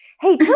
Hey